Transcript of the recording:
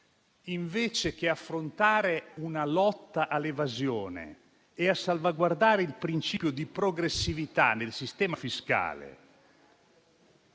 invece di praticare la lotta all'evasione e di salvaguardare il principio di progressività nel sistema fiscale,